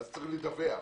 צריך לדווח.